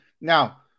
now